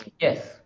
Yes